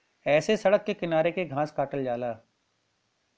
ऐसे सड़क के किनारे के घास काटल जाला